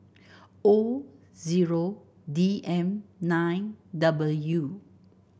O zero D M nine W